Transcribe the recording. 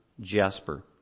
jasper